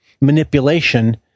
manipulation